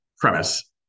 premise